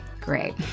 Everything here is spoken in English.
great